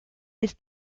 ist